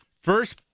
First